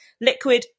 liquid